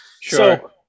Sure